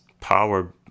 power